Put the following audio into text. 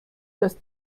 dass